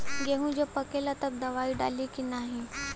गेहूँ जब पकेला तब दवाई डाली की नाही?